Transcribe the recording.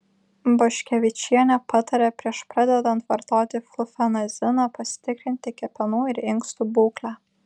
boškevičienė patarė prieš pradedant vartoti flufenaziną pasitikrinti kepenų ir inkstų būklę